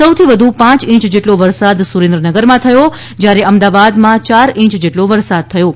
સૌથી વધુ પાંચ ઇંચ જેટલો વરસાદ સુરેન્દ્રનગરમાં થયો છેજયારે અમદાવાદમાં યાર ઇંચ જેટલો વરસાદ થયો છે